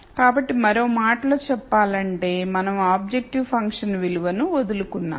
కాబట్టి మరో మాటలో చెప్పాలంటే మనం ఆబ్జెక్టివ్ ఫంక్షన్ విలువను వదులుకున్నాము